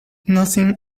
nothing